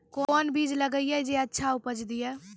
कोंन बीज लगैय जे अच्छा उपज दिये?